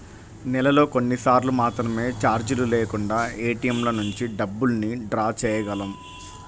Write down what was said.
నెలలో కొన్నిసార్లు మాత్రమే చార్జీలు లేకుండా ఏటీఎంల నుంచి డబ్బుల్ని డ్రా చేయగలం